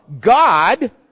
God